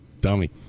dummy